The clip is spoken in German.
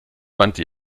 wandte